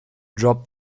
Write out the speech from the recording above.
drop